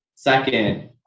Second